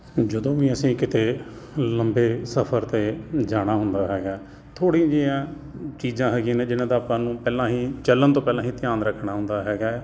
ਜਦੋਂ ਵੀ ਅਸੀਂ ਕਿਤੇ ਲੰਬੇ ਸਫਰ 'ਤੇ ਜਾਣਾ ਹੁੰਦਾ ਹੈਗਾ ਥੋੜ੍ਹੀਆਂ ਜਿਹੀਆਂ ਚੀਜ਼ਾਂ ਹੈਗੀਆਂ ਨੇ ਜਿਹਨਾਂ ਦਾ ਆਪਾਂ ਨੂੰ ਪਹਿਲਾਂ ਹੀ ਚੱਲਣ ਤੋਂ ਪਹਿਲਾਂ ਹੀ ਧਿਆਨ ਰੱਖਣਾ ਹੁੰਦਾ ਹੈਗਾ